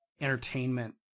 entertainment